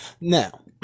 Now